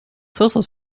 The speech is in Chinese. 搜索